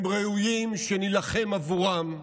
הם ראויים שנילחם עבורם,